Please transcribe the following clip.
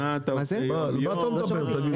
מה אתה מדבר תגיד לי,